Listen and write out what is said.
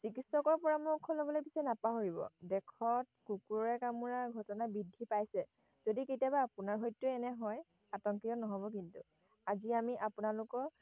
চিকিৎসকৰ পৰামৰ্শ ল'বলে পিছে নাপাহৰিব দেশত কুকুৰে কামোৰাৰ ঘটনা বৃদ্ধি পাইছে যদি কেতিয়াবা আপোনাৰ সৈতে এনে হয় আতংকিত নহ'ব কিন্তু আজি আমি আপোনালোকৰ